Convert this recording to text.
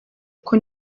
kuko